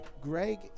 Greg